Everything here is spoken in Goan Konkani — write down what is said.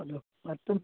हॅलो